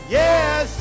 yes